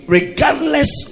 regardless